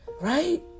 Right